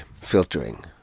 filtering